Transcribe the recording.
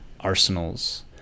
Arsenals